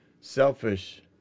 selfish